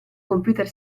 computer